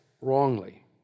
wrongly